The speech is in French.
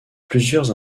plusieurs